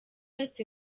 wese